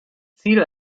ziel